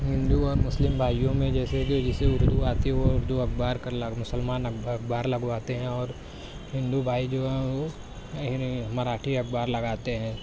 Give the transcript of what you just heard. ہندو اور مسلم بھائیوں میں جیسے کہ جسے اردو آتی ہے وہ اردو اخبار مسلمان اخبار لگواتے ہیں اور ہندو بھائی جو ہیں وہ مراٹھی اخبار لگاتے ہیں